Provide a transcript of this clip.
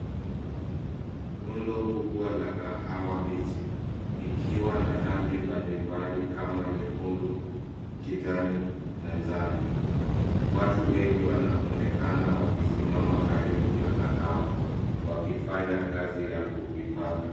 Rundo kubwa la kahawa mbichi ikiwa na rangi mbalimbali kama nyekundu, kijani na njano. Watu wengi wanaonekana wakisimama karibu na kahawa wakifanya kazi ya kuipanga.